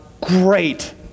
great